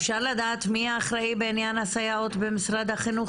אפשר רק לדעת מי האחראי בעניין הסייעות במשרד החינוך?